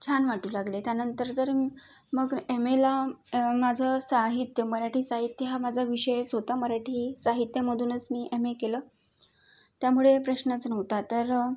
छान वाटू लागले त्यानंतर जर मग एम एला माझं साहित्य मराठी साहित्य हा माझा विषयच होता मराठी साहित्यामधूनच मी एम ए केलं त्यामुळे प्रश्नच नव्हता तर